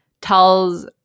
tells